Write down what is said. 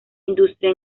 industria